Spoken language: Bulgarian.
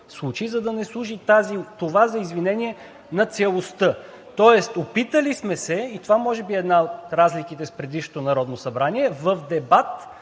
за да не служи това за извинение на целостта. Тоест опитали сме се, и това може би е една от разликите с предишното Народно събрание, в дебат